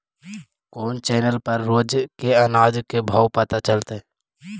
कोन चैनल पर रोज के अनाज के भाव पता चलतै?